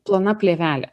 plona plėvelė